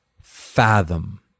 fathom